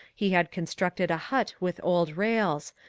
he had constructed a hut with old rails,